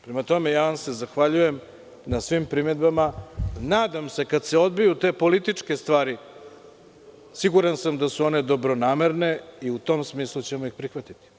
Prema tome, ja vam se zahvaljujem na svim primedbama, nadam se kada se odbiju te političke stvari, siguran sam da su one dobronamerne i u tom smislu ćemo ih prihvatiti.